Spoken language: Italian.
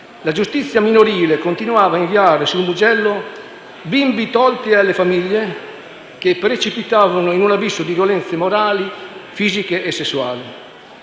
la giustizia minorile continuava a inviare sul Mugello bimbi tolti alle famiglie che precipitavano in un abisso di violenze morali, fisiche e sessuali.